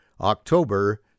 October